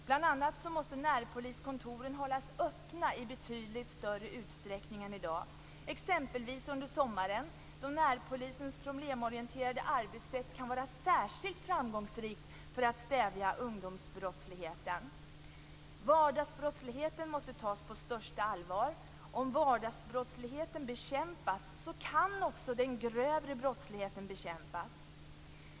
Bl.a. måste närpoliskontoren hållas öppna i betydligt större utsträckning än i dag, exempelvis under sommaren då närpolisens problemorienterade arbetssätt kan vara särskilt framgångsrikt för att stävja ungdomsbrottsligheten. Vardagsbrottsligheten måste tas på största allvar. Om vardagsbrottsligheten bekämpas kan också den grövre brottsligheten bekämpas.